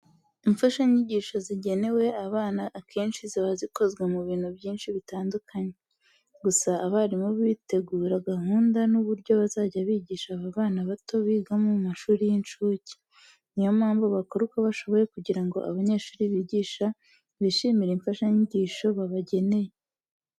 Imfashanyigisho zigenewe abana akenshi ziba zikozwe mu bintu byinshi bitandukanye. Gusa abarimu bategura gahunda n'uburyo bazajya bigisha aba bana bato biga mu mashuri y'incuke. Ni yo mpamvu bakora uko bashoboye kugira ngo abanyeshuri bigisha bishimire imfashanyigisho babageneye.